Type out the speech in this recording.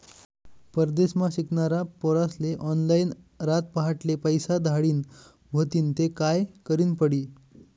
परदेसमा शिकनारा पोर्यास्ले ऑनलाईन रातपहाटले पैसा धाडना व्हतीन ते काय करनं पडी